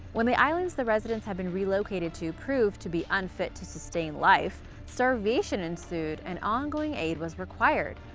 when the islands the residents had been relocated to proved to be unfit to sustain life, starvation ensued and ongoing aid was required.